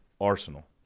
Arsenal